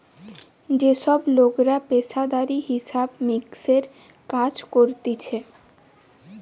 যে সব লোকরা পেশাদারি হিসাব মিক্সের কাজ করতিছে